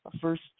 first